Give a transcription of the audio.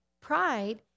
pride